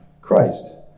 Christ